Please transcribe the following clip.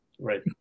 Right